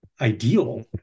ideal